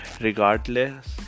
regardless